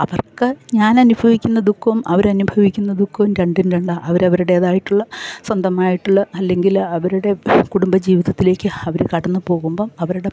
അവർക്ക് ഞാനനുഭവിക്കുന്ന ദുഖവും അവരനുഭവിക്കുന്ന ദുഖവും രണ്ടും രണ്ടാണ് അവരവരുടേതായിട്ടുള്ള സ്വന്തമായിട്ടുള്ള അല്ലെങ്കില് അവരുടെ കുടുംബ ജീവിതത്തിലേക്ക് അവര് കടന്ന് പോകുമ്പം അവരുടെ